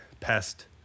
Pest